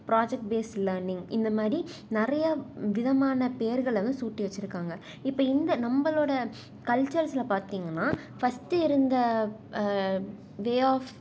project base learning இந்த மாதிரி நிறைய விதமான பெயர்களை வந்து சூட்டி வச்சுருக்காங்க இந்த நம்மளோட கல்ச்சர்ஸில் பார்த்திங்கன்னா ஃபர்ஸ்டு இருந்த வே யாஃப்